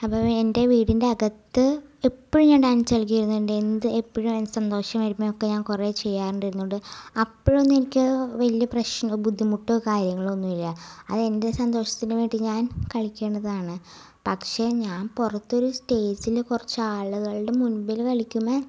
അപ്പോൾ എൻ്റെ വീടിൻ്റകത്ത് എപ്പഴും ഞാൻ ഡാൻസ് കളിക്കും ഇരുന്നുകൊണ്ട് എന്ത് എപ്പഴും സന്തോഷമായിരികുമ്പം ഒക്കെ ഞാൻ കുറെ ചെയ്യാറുണ്ട് ഇരുന്നുകൊണ്ട് അപ്പോഴൊന്നും എനിക്ക് വലിയ പ്രശ്നമോ ബുദ്ധിമുട്ടോ കാര്യങ്ങളൊന്നുല്ല അതെൻ്റെ സന്തോഷത്തിന് വേണ്ടി ഞാൻ കളിക്കേണ്ടതാണ് പക്ഷേ ഞാൻ പുറത്തൊരു സ്റ്റേജില് കുറച്ചാളുകളുടെ മുമ്പില് കളിക്കുമ്പം